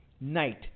night